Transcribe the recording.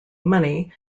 money